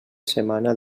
setmana